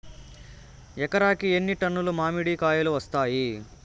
ఎకరాకి ఎన్ని టన్నులు మామిడి కాయలు కాస్తాయి?